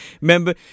Remember